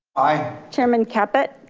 aye. chairman caput.